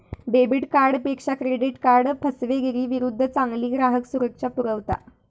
debit कार्डपेक्षा credit card फसवेगिरीविरुद्ध चांगली ग्राहक सुरक्षा पुरवता